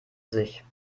sich